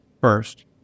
first